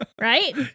right